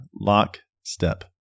lockstep